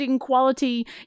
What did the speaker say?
quality